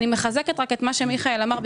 אני מחזקת את מה שמיכאל ביטון אמר,